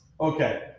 Okay